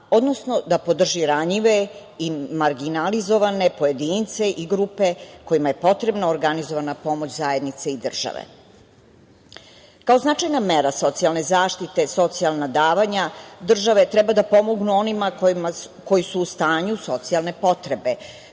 odnosno da podrži ranjive i marginalizovane pojedince i grupe kojima je potrebna organizovana pomoć zajednice i države. Kao značajna mera socijalne zaštite, socijalna davanja države treba da pomognu onima koji su u stanju socijalne potrebe